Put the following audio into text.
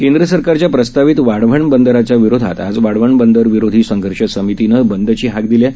केंद्रसरकारच्याप्रस्तावितवाढवणबंदराच्याविरोधातआजवाढवणबंदरविरोधीसंघर्षसमितीनंबंदचीहाकदिली आहे